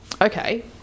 Okay